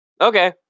Okay